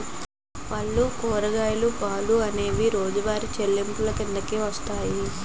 పళ్ళు కూరగాయలు పాలు అనేవి రోజువారి చెల్లింపులు కిందకు వస్తాయి